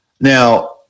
Now